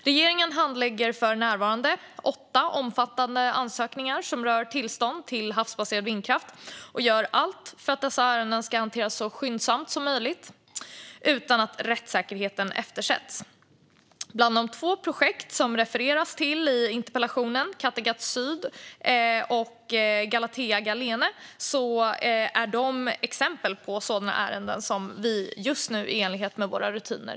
Regeringen handlägger för närvarande åtta omfattande ansökningar som rör tillstånd till havsbaserad vindkraft och gör allt för att dessa ärenden ska hanteras så skyndsamt som möjligt, utan att rättssäkerheten eftersätts. Bland dessa finns de två projekt som Aida Birinxhiku nämner i interpellationen: Kattegatt Syd och Galatea-Galene. De är exempel på sådana ärenden som vi just nu handlägger i enlighet med våra rutiner.